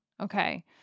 Okay